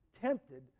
tempted